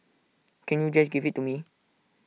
can't you just give IT to me